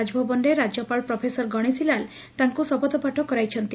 ରାଜଭବନରେ ରାଜ୍ୟପାଳ ପ୍ରଫେସର ଗଶେଶୀଲାଲ ତାଙ୍କୁ ଶପଥପାଠ କରାଇଛନ୍ତି